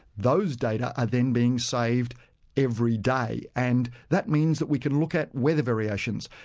those data are then being saved every day, and that means that we can look at weather variations,